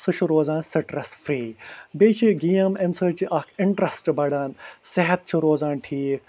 سُہ چھُ روزان سِٹرَس فری بیٚیہِ چھِ گیم اَمہِ سۭتۍ چھِ اَکھ اِنٹریسٹ بڑان صحت چھِ روزان ٹھیٖک